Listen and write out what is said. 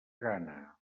gana